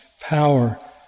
power